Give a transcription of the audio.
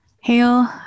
Hail